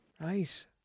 Nice